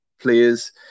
players